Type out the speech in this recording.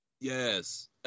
Yes